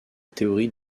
théorie